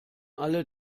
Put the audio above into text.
alle